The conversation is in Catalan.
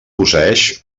posseeix